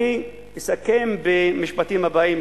אני אסכם במשפטים הבאים,